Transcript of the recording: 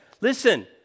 Listen